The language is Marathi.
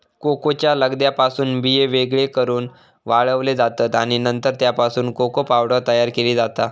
कोकोच्या लगद्यापासून बिये वेगळे करून वाळवले जातत आणि नंतर त्यापासून कोको पावडर तयार केली जाता